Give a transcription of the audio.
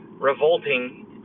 revolting